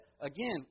Again